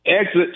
exit